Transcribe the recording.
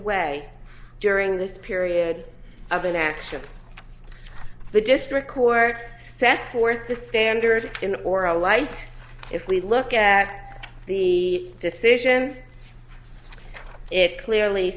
away during this period of an action the district court set forth the standard in or a light if we look at the decision it clearly